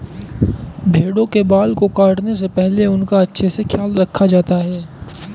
भेड़ों के बाल को काटने से पहले उनका अच्छे से ख्याल रखा जाता है